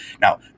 Now